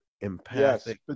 empathic